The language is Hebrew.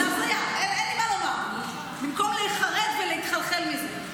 אין לי מה לומר, רק להיחרד ולהתחלחל מזה.